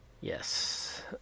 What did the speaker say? Yes